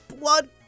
blood